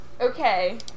Okay